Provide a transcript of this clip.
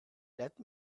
let